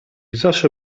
zawsze